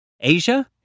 Asia